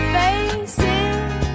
faces